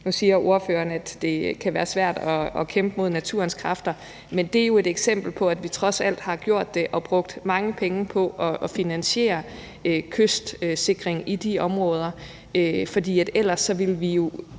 Nu siger ordføreren, at det kan være svært at kæmpe mod naturens kræfter, men det er jo et eksempel på, at vi trods alt har gjort det og brugt mange penge på at finansiere kystsikring i de områder. For ellers ville vi jo